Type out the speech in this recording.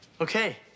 Okay